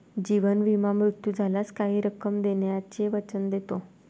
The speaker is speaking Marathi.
जीवन विमा मृत्यू झाल्यास काही रक्कम देण्याचे वचन देतो